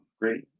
Great